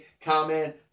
Comment